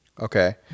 okay